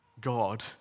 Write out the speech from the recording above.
God